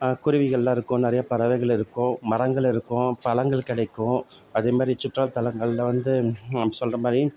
குருவிகள் எல்லாம் இருக்கும் நிறையா பறவைகள் இருக்கும் மரங்கள் இருக்கும் பழங்கள் கிடைக்கும் அதே மாதிரி சுற்றுலாத்தலங்களில் வந்து சொல்கிற மாதிரி